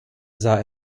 sah